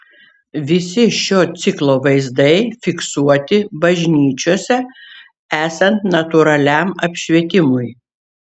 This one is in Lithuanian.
visi šio ciklo vaizdai fiksuoti bažnyčiose esant natūraliam apšvietimui